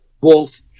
Wolf